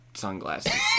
sunglasses